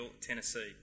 Tennessee